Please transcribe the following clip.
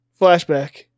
flashback